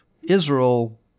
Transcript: Israel